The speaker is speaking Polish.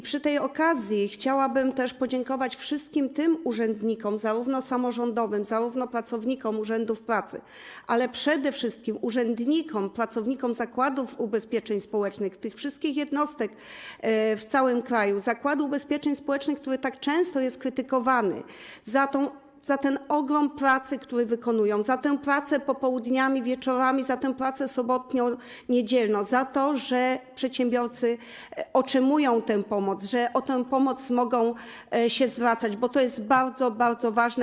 Przy tej okazji chciałabym też podziękować wszystkim urzędnikom, zarówno samorządowym, jak i pracownikom urzędów pracy, ale przede wszystkim urzędnikom, pracownikom Zakładu Ubezpieczeń Społecznych, pracownikom tych wszystkich jednostek Zakładu Ubezpieczeń Społecznych w całym kraju, który tak często jest krytykowany, za ten ogrom pracy, który wykonują, za tę pracę popołudniami, wieczorami, za tę pracę sobotnio-niedzielną, za to, że przedsiębiorcy otrzymują tę pomoc, że o tę pomoc mogą się zwracać, bo to jest bardzo, bardzo ważne.